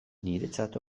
niretzat